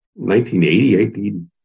1980